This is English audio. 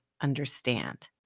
understand